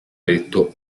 letto